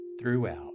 throughout